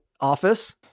office